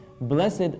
Blessed